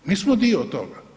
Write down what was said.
Mi smo dio toga.